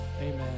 Amen